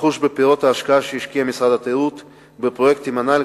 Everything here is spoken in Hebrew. לחוש בפירות ההשקעה שהשקיע משרד התיירות בפרויקטים הנ"ל,